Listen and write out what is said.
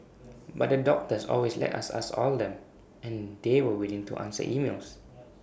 but the doctors always let us ask all them and they were willing to answer emails